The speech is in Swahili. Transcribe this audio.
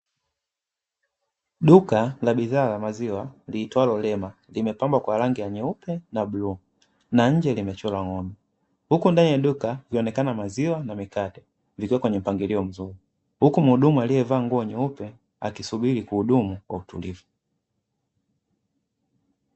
Duka la bidhaa za maziwa liitwalo "Lema" limepambwa kwa rangi ya nyeupe na bluu, na nje limechorowa ng'ombe. Huko ndani ya duka likionekana maziwa na mikate, vikiwa kwenye mpangilio mzuri. Huku mhudumu aliyevaa nguo nyeupe, akisubiri kuhudumu kwa utulivu.